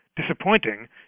disappointing